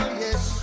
yes